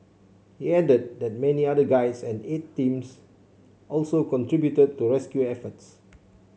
he added that many other guides and aid teams also contributed to rescue efforts